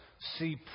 see